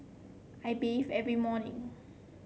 I bathe every morning